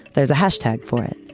there's a hashtag for it.